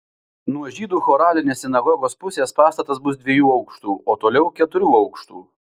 nuo žydų choralinės sinagogos pusės pastatas bus dviejų aukštų o toliau keturių aukštų